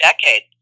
decade